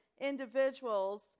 individuals